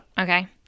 Okay